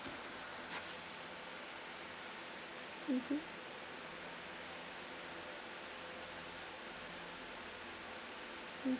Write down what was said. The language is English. mmhmm mm